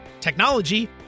technology